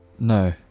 No